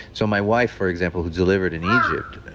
so my wife, for example, who delivered in egypt,